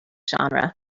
genre